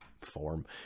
form